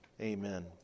Amen